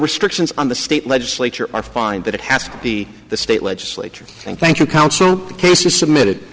restrictions on the state legislature are fine but it has to be the state legislature and thank you counsel the case is submitted